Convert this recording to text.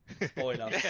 Spoiler